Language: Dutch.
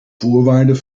voorwaarden